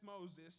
Moses